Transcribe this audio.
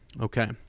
Okay